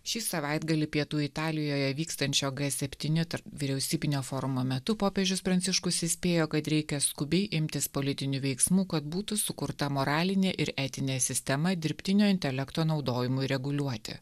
šį savaitgalį pietų italijoje vykstančio g septyni vyriausybinio forumo metu popiežius pranciškus įspėjo kad reikia skubiai imtis politinių veiksmų kad būtų sukurta moralinė ir etinė sistema dirbtinio intelekto naudojimui reguliuoti